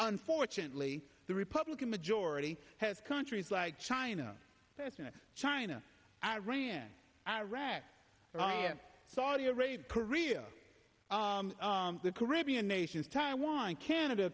unfortunately the republican majority has countries like china and china iran iraq saudi arabia career the caribbean nations taiwan canada